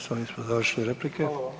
s ovim smo završili replike.